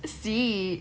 see